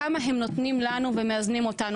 כמה הם נותנים לנו ומאזנים אותנו.